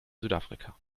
südafrika